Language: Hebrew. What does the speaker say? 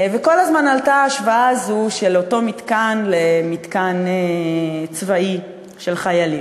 וכל הזמן עלתה ההשוואה הזאת של אותו מתקן למתקן צבאי של חיילים.